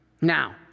Now